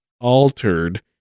altered